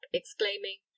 exclaiming